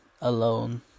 alone